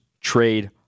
trade